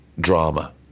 drama